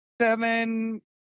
seven